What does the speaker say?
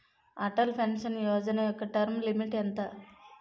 Atal pension Yojana యెక్క term limit ఎంత?